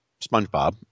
Spongebob